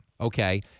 Okay